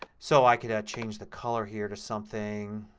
so i can change the color here to something